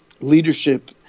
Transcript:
leadership